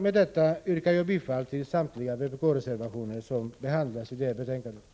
Med detta yrkar jag bifall till samtliga vpk-motioner som behandlas i föreliggande betänkande.